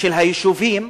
של היישובים,